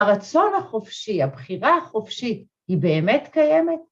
הרצון החופשי, הבחירה החופשית, היא באמת קיימת?